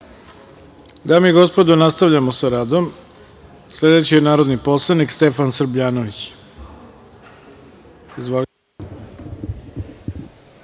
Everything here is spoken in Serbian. Dame i gospodo, nastavljamo sa radom. Reč ima narodni poslanik Stefan Srbljanović. Izvolite.